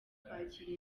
kwakira